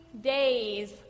days